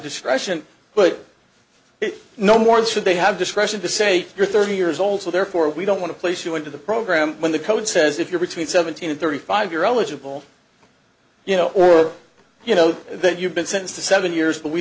discretion but no more should they have discretion to say you're thirty years old so therefore we don't want to place you into the program when the code says if you're between seventeen and thirty five you're eligible you know or you know that you've been sentenced to seven years but we